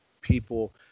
people –